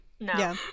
No